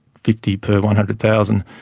fifty per one hundred thousand,